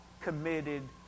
committed